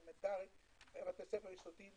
בתי ספר יסודיים?